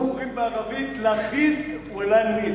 אומרים בערבית: לָא חיס ולָא ניס.